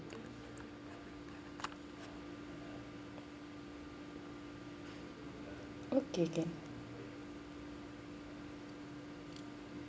okay can